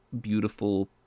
beautiful